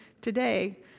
today